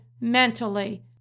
mentally